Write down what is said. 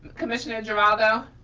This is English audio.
commissioner doerner. ah and